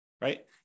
right